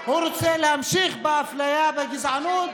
הוא רוצה להמשיך באפליה ובגזענות